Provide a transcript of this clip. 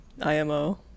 IMO